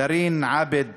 דארין עאבד